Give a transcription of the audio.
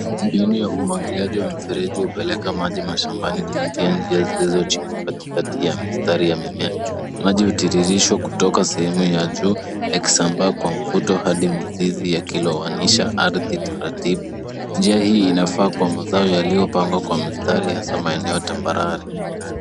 Mbinu ya umuagiliaji wa mfereji hupeleka maji shambani kupitia njia zilizo chimbuka katikati ya mistari ya mimea. Maji hutiririshwa kutoka sehemu ya juu yakisambaa kwa mvuto hadi mizizi yakilowanisha ardhi taratibu . Njia hii inafaa kwa mazao yaliyo pangwa kwa mistari hasa maeneo tambarare.